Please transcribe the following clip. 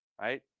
right